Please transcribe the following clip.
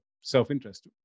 self-interest